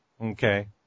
Okay